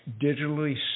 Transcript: digitally